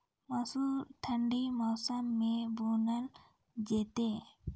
मसूर ठंडी मौसम मे बूनल जेतै?